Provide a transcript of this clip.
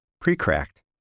pre-cracked